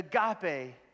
agape